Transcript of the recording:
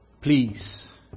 Please